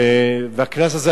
והקנס הזה,